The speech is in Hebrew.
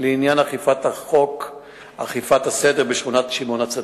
לעניין אכיפת הסדר בשכונת שמעון-הצדיק,